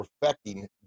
perfecting